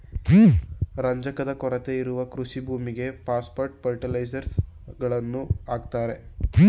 ರಂಜಕದ ಕೊರತೆ ಇರುವ ಕೃಷಿ ಭೂಮಿಗೆ ಪಾಸ್ಪೆಟ್ ಫರ್ಟಿಲೈಸರ್ಸ್ ಗಳನ್ನು ಹಾಕುತ್ತಾರೆ